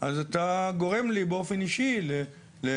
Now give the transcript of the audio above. אז הוא גורם לי באופן אישי לשמחה,